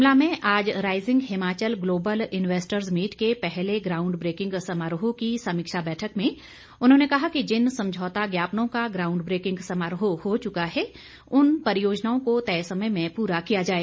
शिमला में आज rising Himachal global invests meet के पहले ग्राऊंड ब्रेकिंग समारोह की समीक्षा बैठक में उन्होंने कहा कि जिन समझौता ज्ञापनों का ग्राऊंड ब्रेकिंग समारोह को चुका है उन परियोजनाओं को तय समय में पूरा किया जाए